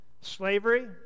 Slavery